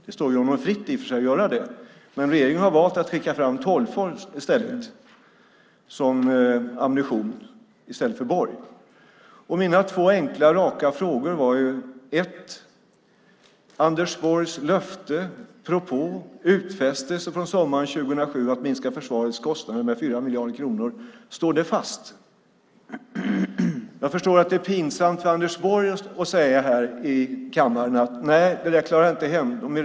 Det står i och för sig honom fritt att göra det, men regeringen har valt att skicka fram Tolgfors som ammunition i stället för Borg. Mina två enkla, raka frågor var: Står Anders Borgs löfte, propå och utfästelse från sommaren 2007 att minska försvarets kostnader med 4 miljarder kronor fast? Jag förstår att det är pinsamt för Anders Borg att säga här i kammaren att nej, det där klarade jag inte.